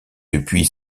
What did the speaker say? depuis